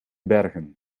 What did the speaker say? bergen